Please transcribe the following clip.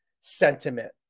sentiment